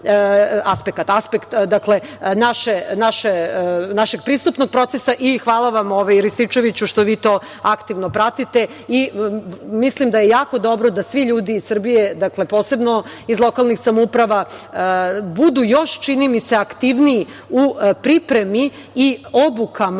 aspekt našeg pristupnog procesa. Hvala vam, Rističeviću, što vi to aktivno pratite. Mislim da je jako dobro da svi ljudi iz Srbije, posebno iz lokalnih samouprava budu još, čini mi se aktivniji u pripremi i obukama